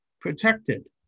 protected